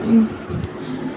ہوں